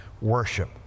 worship